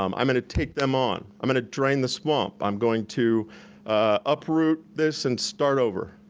um i'm gonna take them on. i'm gonna drain the swamp, i'm going to uproot this and start over.